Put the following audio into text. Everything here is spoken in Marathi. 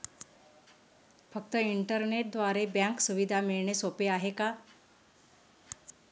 फक्त इंटरनेटद्वारे बँक सुविधा मिळणे सोपे आहे का?